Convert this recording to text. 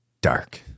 dark